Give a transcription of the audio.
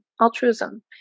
altruism